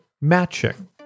Matching